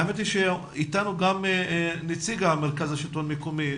האמת היא שאיתנו גם נציג מרכז השלטון המקומי.